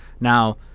Now